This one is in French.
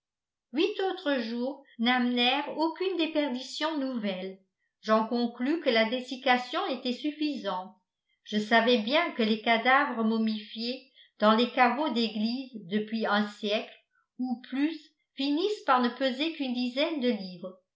huit autres jours n'amenèrent aucune déperdition nouvelle j'en conclus que la dessiccation était suffisante je savais bien que les cadavres momifiés dans les caveaux d'église depuis un siècle ou plus finissent par ne peser qu'une dizaine de livres